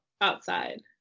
outside